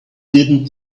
didn’t